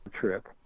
trip